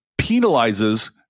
penalizes